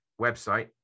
website